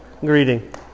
greeting